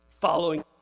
following